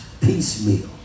piecemeal